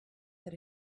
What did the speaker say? that